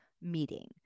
meeting